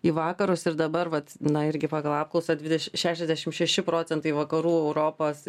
į vakarus ir dabar vat na irgi pagal apklausą dvideši šešiasdešimt šeši procentai vakarų europos